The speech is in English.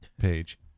page